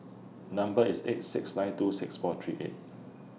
Number IS eight six nine two six four three eight